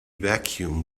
vacuum